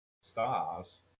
stars